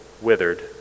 withered